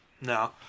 no